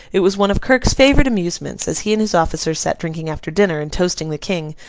it was one of kirk's favourite amusements, as he and his officers sat drinking after dinner, and toasting the king,